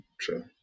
true